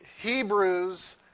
Hebrews